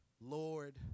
Lord